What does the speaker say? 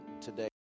today